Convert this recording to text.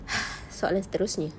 soalan seterusnya